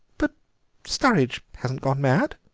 but sturridge hasn't gone mad,